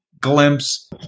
glimpse